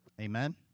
Amen